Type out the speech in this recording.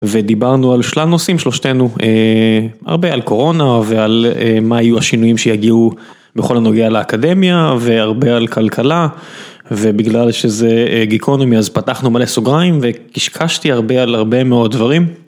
ודיברנו על שלל נושאים שלושתינו, הרבה על קורונה ועל מה היו השינויים שיגיעו בכל הנוגע לאקדמיה והרבה על כלכלה ובגלל שזה גיקונומי אז פתחנו מלא סוגריים וקשקשתי הרבה על הרבה מאוד דברים.